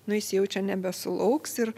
nu jis jaučia nebesulauks ir